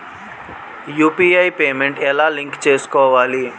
UPI payment ఎలా link చేసుకోవాలి?